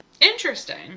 interesting